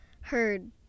heard